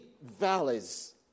valleys